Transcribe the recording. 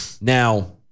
now